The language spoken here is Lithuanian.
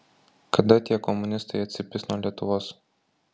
kada tie komunistai atsipis nuo lietuvos